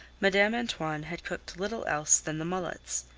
madame antoine had cooked little else than the mullets,